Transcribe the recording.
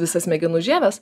visas smegenų žieves